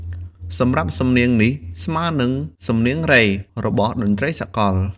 សំរាប់សំនៀងនេះស្មើនឹងសំនៀងរ៉េ របស់តន្ដ្រីសាកល។